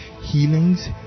healings